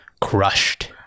Crushed